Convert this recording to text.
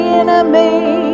enemy